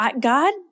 God